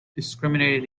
discriminated